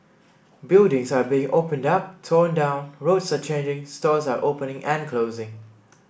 buildings are being opened up torn down roads are changing stores are opening and closing